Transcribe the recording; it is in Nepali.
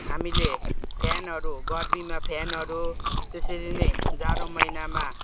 हामीले फेनहरू गर्मीमा फेनहरू त्यसरी नै जाडो महिनामा